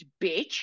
bitch